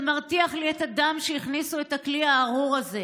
זה מרתיח לי את הדם שהכניסו את הכלי הארור הזה,